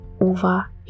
over